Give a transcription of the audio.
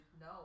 No